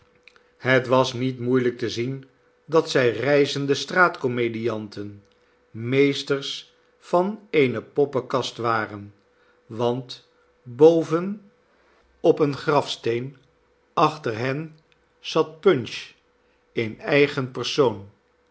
het was niet moeielijk te zien dat zij reizende straat komedianten meestersvan eene poppenkast waren want boven op een janklaassen op een kerkhof grafsteen achter hen zat punch in eigen persoon